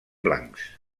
blancs